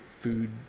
food